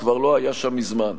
הוא כבר לא היה שם מזמן,